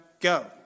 Go